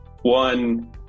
One